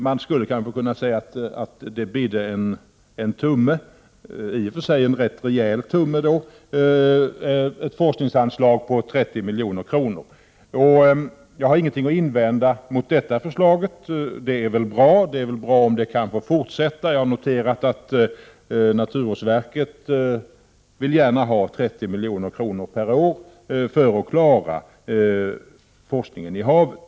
Man skulle kanske kunna säga att ”det bidde en tumme” — men i och för sig en rätt rejäl tumme, ett forskningsanslag på 30 milj.kr. Jag har ingenting att invända mot det förslaget. Det är bra om arbetet kan få fortsätta, och jag har noterat att naturvårdsverket gärna vill ha 30 milj.kr. per år för att klara forskningen i havet.